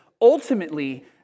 ultimately